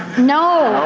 no,